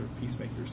peacemakers